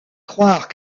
croire